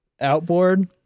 outboard